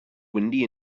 windy